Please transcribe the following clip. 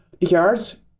yards